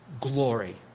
glory